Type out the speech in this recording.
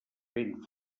vent